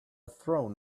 throne